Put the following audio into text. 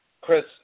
Chris